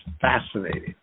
fascinating